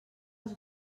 els